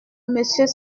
monsieur